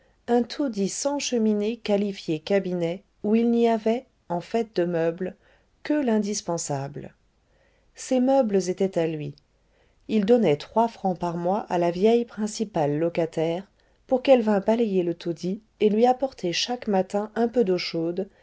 un taudis sans cheminée qualifié cabinet où il n'y avait en fait de meubles que l'indispensable ces meubles étaient à lui il donnait trois francs par mois à la vieille principale locataire pour qu'elle vînt balayer le taudis et lui apporter chaque matin un peu d'eau chaude